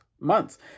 months